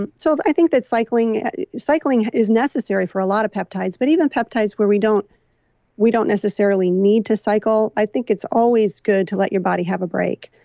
and so i think that cycling cycling is necessary for a lot of peptides, but even peptides where we don't we don't necessarily need to cycle. i think it's always good to let your body have a break.